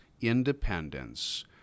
independence